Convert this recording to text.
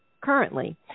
currently